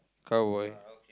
cowboy